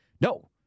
no